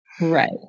Right